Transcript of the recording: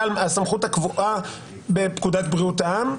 על הסמכות הקבועה בפקודת בריאות העם,